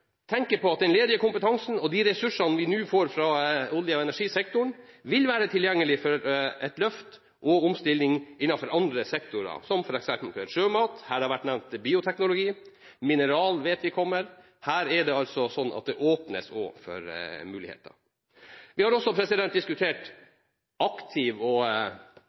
tenke på at den ledige kompetansen og de ressursene vi nå får fra olje- og energisektoren, vil være tilgjengelige for et løft og en omstilling innenfor andre sektorer som f.eks. sjømat, bioteknologi, som har vært nevnt, og mineraler vet vi kommer. Her åpnes det for muligheter. Vi har også diskutert aktiv og